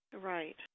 Right